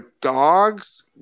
dogs